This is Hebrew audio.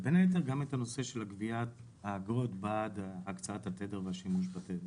ובין היתר גם את הנושא של גביית אגרות בעד הקצאת התדר והשימוש בו.